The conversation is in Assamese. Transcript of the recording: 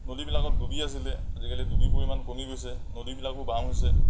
নদীবিলাকত ডুবি আছিলে আজিকালি ডুবিবোৰ ইমান কমি গৈছে নদীবিলাকো বাম হৈছে